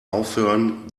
aufhören